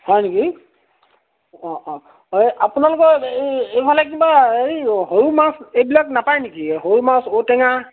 হয় নেকি অঁ অঁ আপোনালোক এইফালে কিবা হেৰি সৰু মাছ এইবিলাক নাপায় নেকি সৰু মাছ ঔ টেঙা